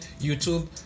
youtube